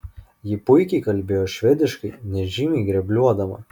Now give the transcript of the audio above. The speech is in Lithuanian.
ji puikiai kalbėjo švediškai nežymiai grebluodama